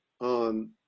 on